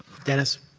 dennis.